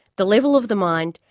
the level of the mind,